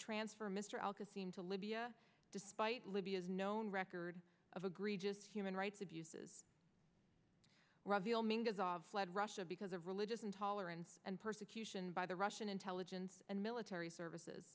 transfer mr alka seem to libya despite libya's known record agree just human rights abuses dissolve fled russia because of religious intolerance and persecution by the russian intelligence and military services